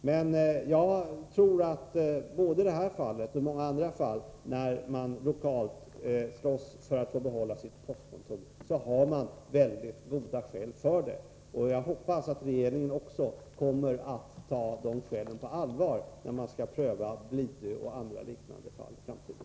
Men jag tror att människorna, både i det här fallet och i många andra fall där man lokalt slåss för att få behålla sitt postkontor, har mycket goda skäl för det. Jag hoppas att regeringen också kommer att ta de skälen på allvar när den skall pröva Blidö och andra liknande fall i framtiden.